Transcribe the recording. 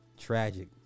Tragic